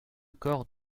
corps